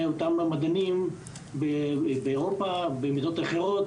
אותם המדענים באירופה ובמדינות אחרות,